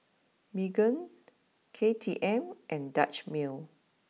Megan K T M and Dutch Mill